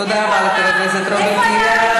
איפה, תודה רבה לחבר הכנסת רוברט טיבייב.